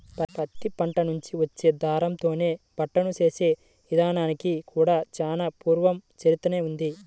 పత్తి పంట నుంచి వచ్చే దారంతోనే బట్టను నేసే ఇదానానికి కూడా చానా పూర్వ చరిత్రనే ఉంది